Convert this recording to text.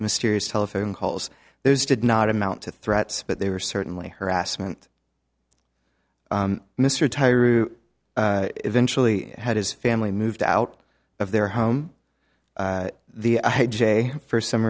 mysterious telephone calls there's did not amount to threats but they were certainly harassment mr tire eventually had his family moved out of their home the j for some